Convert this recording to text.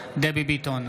דבי ביטון,